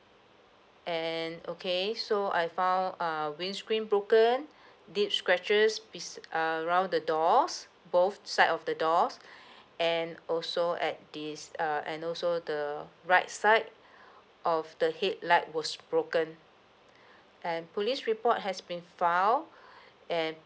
and okay so I found uh windscreen broken deep scratches piece around the doors both side of the doors and also at this uh and also the right side of the headlight was broken and police report has been file and